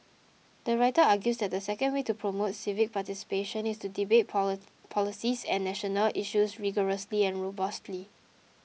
the writer argues that the second way to promote civic participation is to debate polar policies and national issues rigorously and robustly